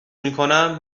میکنم